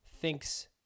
thinks